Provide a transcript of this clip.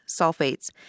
sulfates